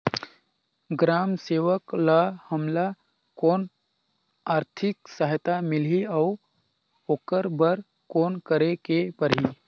ग्राम सेवक ल हमला कौन आरथिक सहायता मिलही अउ ओकर बर कौन करे के परही?